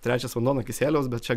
trečias vanduo nuo kisieliaus bet čia